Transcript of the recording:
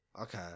okay